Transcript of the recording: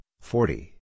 forty